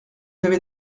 avez